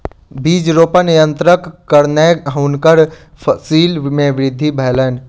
बीज रोपण यन्त्रक कारणेँ हुनकर फसिल मे वृद्धि भेलैन